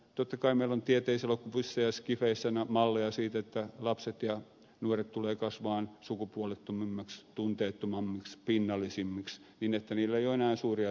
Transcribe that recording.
totta kai meillä on tieteiselokuvissa ja scifeissä malleja siitä että lapset ja nuoret tulevat kasvamaan sukupuolettomammiksi tunteettomammiksi pinnallisemmiksi niin että heillä ei ole enää suuria tunteita